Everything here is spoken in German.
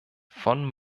von